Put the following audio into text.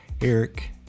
Eric